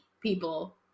people